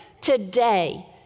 Today